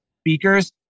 speakers